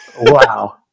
Wow